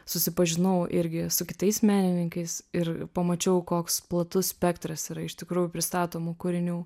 susipažinau irgi su kitais menininkais ir pamačiau koks platus spektras yra iš tikrųjų pristatomų kūrinių